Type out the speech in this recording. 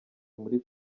muri